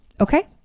Okay